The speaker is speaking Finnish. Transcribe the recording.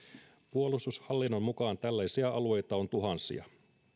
puolustushallinnon mukaan tällaisia alueita on tuhansia